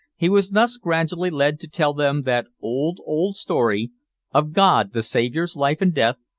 he was thus gradually led to tell them that old, old story of god the saviour's life and death,